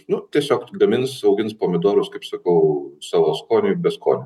nu tiesiog gamins augins pomidorus kaip sakau savo skoniui beskonio